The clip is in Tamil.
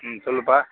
ம் சொல்லுப்பா